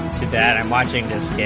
too bad i'm watching this